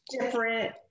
different